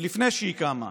עוד לפני שהיא קמה,